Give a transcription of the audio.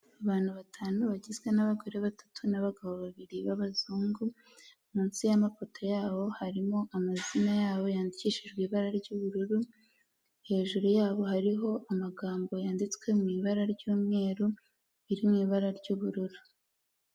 Abantu batanu bagizwe n'abagore batatu n'abagabo babiri b'abazungu, munsi y'amafoto yabo harimo amazina yabo yandikishijwe ibara ry'ubururu, hejuru yabo hariho amagambo yanditswe mu ibara ry'umweru, biri mu ibara ry'ubururu.